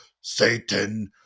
Satan